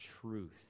truth